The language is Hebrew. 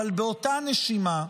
אבל באותה נשימה,